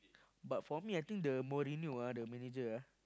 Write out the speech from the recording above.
but for me I think the Mourinho ah the manager ah